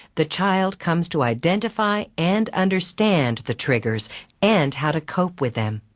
the child comes to identify and understand the triggers and how to cope with them.